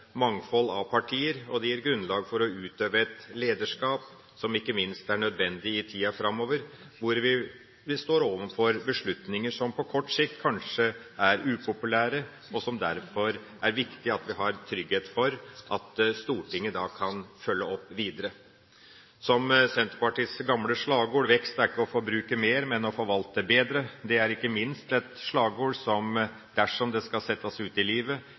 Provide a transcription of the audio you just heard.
mangfold av partier, og det gir grunnlag for å utøve et lederskap som ikke minst er nødvendig i tida framover, hvor vi står overfor beslutninger som på kort sikt kanskje er upopulære, og som det derfor er viktig at vi har trygghet for at Stortinget kan følge opp videre. Senterpartiets gamle slagord «Vekst er ikke å forbruke mer, men å forvalte bedre» er ikke minst et slagord som, dersom det skal settes ut i livet,